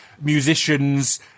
musicians